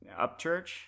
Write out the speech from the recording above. Upchurch